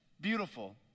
Beautiful